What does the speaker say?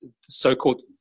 so-called